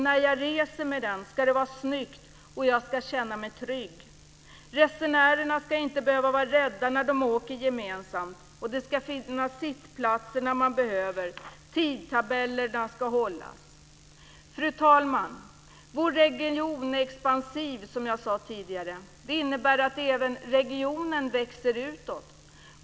När jag reser med den ska det vara snyggt och jag ska känna mig trygg. Resenärerna ska inte behöva vara rädda när de åker gemensamt. Det ska finnas sittplatser när man behöver, och tidtabellerna ska hållas. Fru talman! Vår region är expansiv, som jag sade tidigare. Det innebär att regionen även växer utåt.